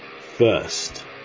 First